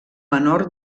menor